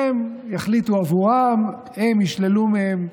הם יחליטו עבורם, הם ישללו מהם זכות,